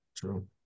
true